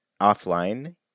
offline